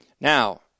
Now